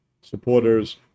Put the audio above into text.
supporters